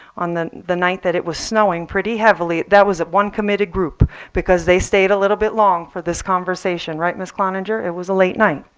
on the the night that it was snowing pretty heavily, that was at one committed group because they stayed a little bit long for this conversation right, ms. cloninger? it was a late night.